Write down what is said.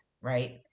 right